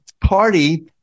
party